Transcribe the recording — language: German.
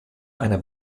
eine